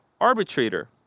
arbitrator